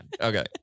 Okay